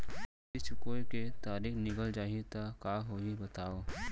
किस्ती चुकोय के तारीक निकल जाही त का होही बताव?